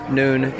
noon